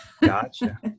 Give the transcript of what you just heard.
Gotcha